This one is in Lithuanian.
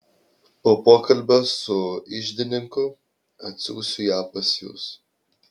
po pokalbio su iždininku atsiųsiu ją pas jus